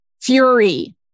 fury